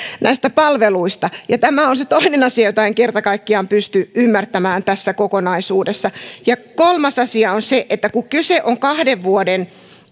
näistä palveluista tämä on se toinen asia jota en kerta kaikkiaan pysty ymmärtämään tässä kokonaisuudessa kolmas asia on se että kun kyse on kahden vuoden